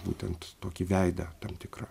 būtent tokį veidą tam tikrą